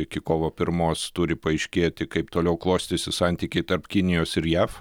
iki kovo pirmos turi paaiškėti kaip toliau klostysis santykiai tarp kinijos ir jav